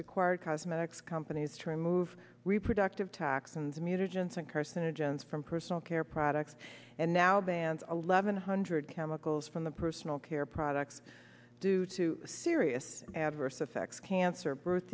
required cosmetics companies true move reproductive toxins mutagens and carcinogens from personal care products and now bans eleven hundred chemicals from the personal care products due to serious adverse affects cancer birth